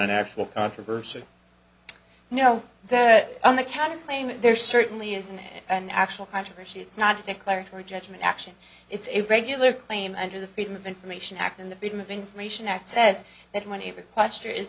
an actual controversy you know that on the counter claim there certainly isn't an actual controversy it's not a declaratory judgment action it's a regular claim under the freedom of information act and the freedom of information act says that